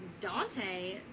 Dante